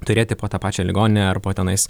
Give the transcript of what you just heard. turėti po tą pačią ligoninę ar po tenais